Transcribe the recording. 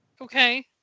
Okay